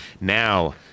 Now